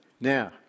now